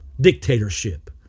dictatorship